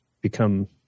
become